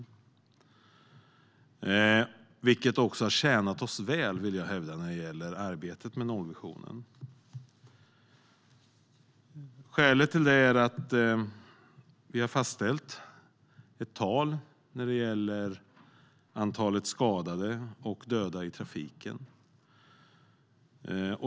Det har tjänat oss väl, vill jag hävda. Skälet till det är att vi har fastställt ett tal när det gäller antalet skadade och dödade i trafiken.